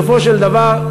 בסופו של דבר,